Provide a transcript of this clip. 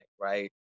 right